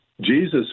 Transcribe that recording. Jesus